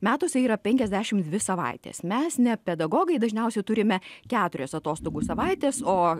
metuose yra penkiasdešim dvi savaitės mes ne pedagogai dažniausiai turime keturias atostogų savaites o